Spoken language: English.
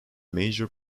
major